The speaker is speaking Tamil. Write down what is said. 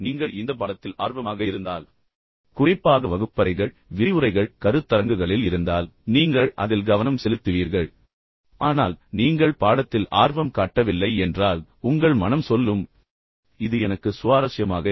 நீங்கள் இந்த பாடத்தில் ஆர்வமாக இருந்தால் குறிப்பாக வகுப்பறைகள் அல்லது விரிவுரைகள் அல்லது கருத்தரங்குகளில் இருந்தால் நீங்கள் தானாகவே அதில் கவனம் செலுத்துவீர்கள் ஆனால் நீங்கள் பாடத்தில் ஆர்வம் காட்டவில்லை என்றால் உங்கள் மனம் இதை உங்களுக்குச் சொல்லிக்கொண்டே இருக்கும் ஓ இது சலிப்பாக இருக்கிறது இது எனக்கு சுவாரஸ்யமாக இல்லை